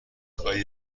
خواهی